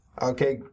Okay